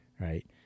right